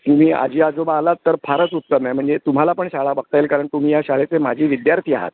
तुम्ही आजी आजोबा आलात तर फारच उत्तम आहे म्हणजे तुम्हाला पण शाळा बघता येईल कारण तुम्ही या शाळेचे माजी विद्यार्थी आहात